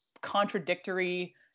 contradictory